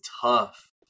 tough